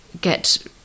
get